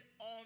on